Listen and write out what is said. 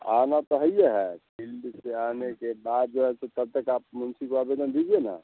थाना तो हैइये है फील्ड से आने के बाद जो है तो तब तक तो आप मुंशी को आवेदन दीजिए ना